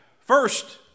first